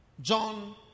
John